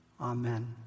Amen